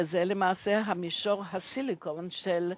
שזה למעשה "מישור הסיליקון" של הודו.